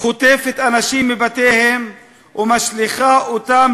היא חוטפת אנשים מבתיהם ומשליכה אותם